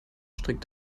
strick